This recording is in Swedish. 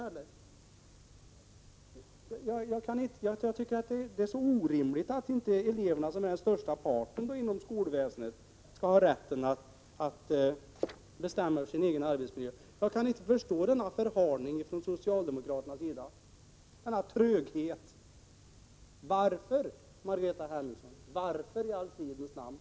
Det är så orimligt att inte eleverna, som är den största parten inom skolväsendet, skall ha rätt att bestämma över sin egen arbetsmiljö. Jag kan inte förstå denna förhalning, denna tröghet från socialdemokraternas sida. Varför i all fridens namn är det så här, Margareta Hemmingsson?